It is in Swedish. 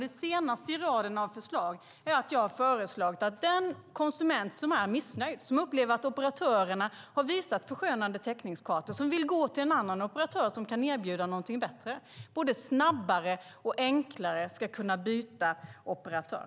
Det senaste i raden av förslag är att jag har föreslagit att den konsument som är missnöjd, som upplever att operatörerna har visat förskönande täckningskartor och som vill gå till en annan operatör som kan erbjuda någonting bättre både snabbare och enklare ska kunna byta operatör.